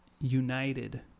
United